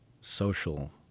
social